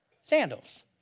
sandals